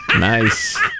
Nice